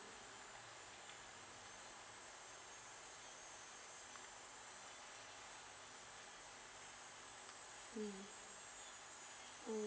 mm mm